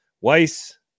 Weiss